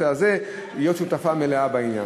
רואה אחריות להיות שותפה מלאה בעניין.